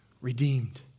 Redeemed